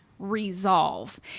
resolve